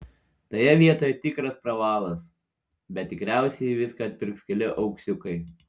toje vietoje tikras pravalas bet tikriausiai viską atpirks keli auksiukai